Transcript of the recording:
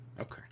Okay